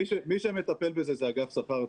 מי שמטפל בזה זה אגף שכר,